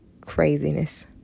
craziness